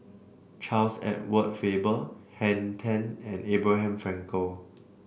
Charles Edward Faber Henn Tan and Abraham Frankel